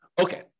Okay